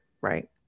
Right